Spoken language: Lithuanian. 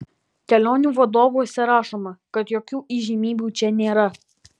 kelionių vadovuose rašoma kad jokių įžymybių čia nėra